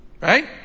right